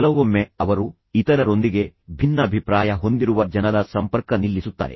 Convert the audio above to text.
ಕೆಲವೊಮ್ಮೆ ಅವರು ಇತರರೊಂದಿಗೆ ಭಿನ್ನಾಭಿಪ್ರಾಯ ಹೊಂದಿರುವ ಜನರನ್ನು ಸಂಪೂರ್ಣವಾಗಿ ಸಂಪರ್ಕವನ್ನು ನಿಲ್ಲಿಸುತ್ತಾರೆ